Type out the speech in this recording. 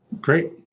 Great